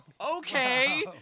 okay